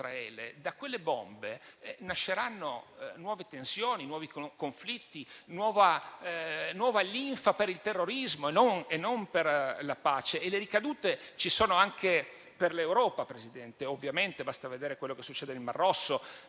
Da quelle bombe nasceranno nuove tensioni, nuovi conflitti, nuova linfa per il terrorismo e non per la pace. Le ricadute ci sono anche per l'Europa, presidente Meloni. Basta vedere quello che succede nel Mar Rosso.